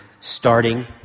starting